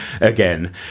again